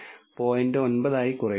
9 ആയി കുറയുന്നു